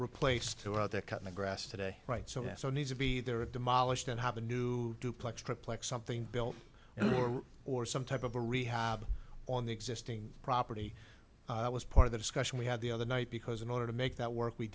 replaced too out there cut the grass today right so that i need to be there were demolished and have a new duplex triplex something built or some type of a rehab on the existing property was part of the discussion we had the other night because in order to make that work we